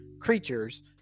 creatures